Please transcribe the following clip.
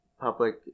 public